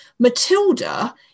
Matilda